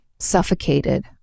Suffocated